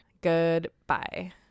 Goodbye